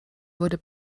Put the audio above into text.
wurde